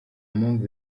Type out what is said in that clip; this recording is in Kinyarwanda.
mpamvu